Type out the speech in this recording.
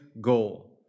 goal